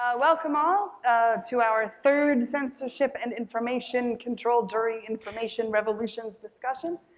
ah welcome all to our third censorship and information control during information revolutions discussion.